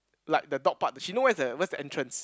like the dog park she know where is the where is the entrance